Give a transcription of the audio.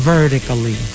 Vertically